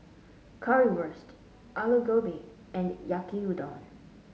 Currywurst Alu Gobi and Yaki Udon